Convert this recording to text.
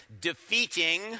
defeating